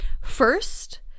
First